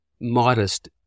modest